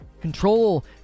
Control